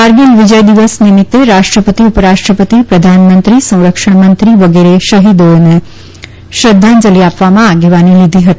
કારગીલ વિજય દિવસ નિમિત્તે રાષ્ટ્રપતિ ઉપરાષ્ટ્રપતિ પ્રધાનમંત્રી સંરક્ષણ મંત્રી વગેરેએ શહિદોને શ્રધ્ધાંજલી આપવામાં આગેવાની લીધી હતી